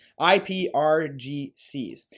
IPRGCS